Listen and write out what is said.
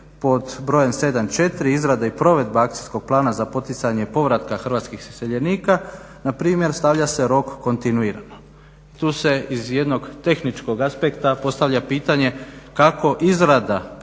pod brojem 7.4. izrada i provedba akcijskog plana za poticanje povratka Hrvatskih iseljenika npr. stavlja se rok kontinuirano. Tu se iz jednog tehničkog aspekta postavlja pitanje kako izrada